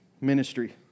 ministry